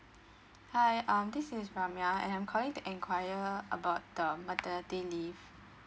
hi um this is brahmayya and I'm calling to enquire about the maternity leave